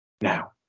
Now